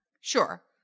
Sure